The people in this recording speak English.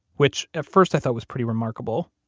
which at first i thought was pretty remarkable,